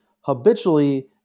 habitually